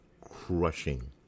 crushing